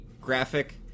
graphic